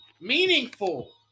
meaningful